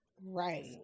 Right